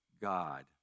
God